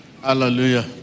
Hallelujah